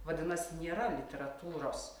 vadinas nėra literatūros